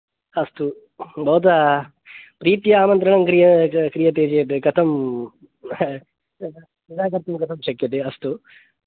अस्तु भवता प्रीत्या आमन्त्रं क्रियते चेत् कथं निराकर्तुं कथं शक्यते अस्तु